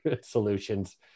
solutions